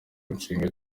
nshinga